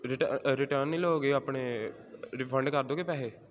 Ritter ਅ return ਨਹੀਂ ਲਓਗੇ ਆਪਣੇ ਰਿਫੰਡ ਕਰ ਦਿਓਗੇ ਪੈਸੇ